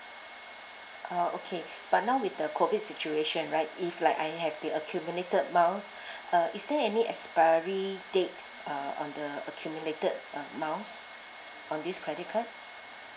uh okay but now with the COVID situation right if like I have the accumulated miles uh is there any expiry date uh on the accumulated uh miles on this credit card